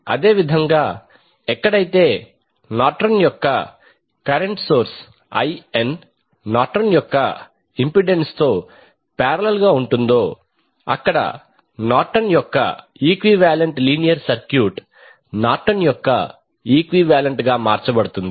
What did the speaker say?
అదేవిధంగా ఎక్కడైతే నార్టన్ యొక్క కరెంట్ సోర్స్ IN నార్టన్ యొక్క ఇంపెడెన్స్ తో పారేలల్ గా ఉంటుందో అక్కడ నార్టన్ యొక్క ఈక్వివాలెంట్ లీనియర్ సర్క్యూట్ నార్టన్ యొక్క ఈక్వివాలెంట్ గా మార్చబడుతుంది